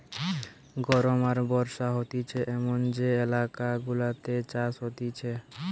গরম আর বর্ষা হতিছে এমন যে এলাকা গুলাতে চাষ হতিছে